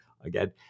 again